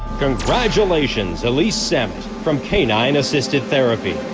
congratulations elise samet from canine assisted therapy